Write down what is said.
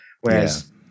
Whereas